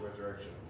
resurrection